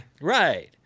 Right